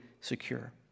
secure